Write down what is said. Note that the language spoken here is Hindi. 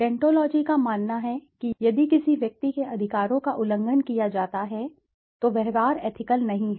डेंटोलॉजी का मानना है कि यदि कोई व्यक्ति यदि किसी व्यक्ति के अधिकारों का उल्लंघन किया जाता है तो व्यवहार एथिकल नहीं है